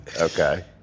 Okay